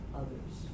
others